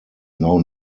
now